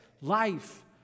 Life